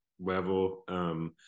level